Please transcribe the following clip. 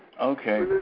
Okay